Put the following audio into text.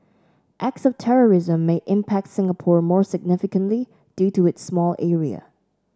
acts of terrorism may impact Singapore more significantly due to its small area